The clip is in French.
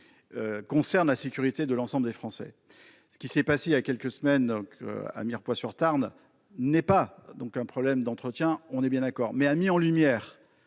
concerne la sécurité de l'ensemble des Français. Ce qui s'est passé il y a quelques semaines à Mirepoix-sur-Tarn ne résulte pas d'un défaut d'entretien- nous sommes bien d'accord -, mais cela a mis en lumière,